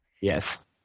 Yes